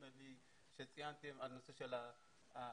נדמה לי, שציינתם את נושא התעסוקה.